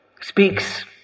Speaks